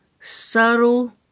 subtle